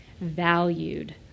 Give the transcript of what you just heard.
valued